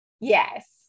Yes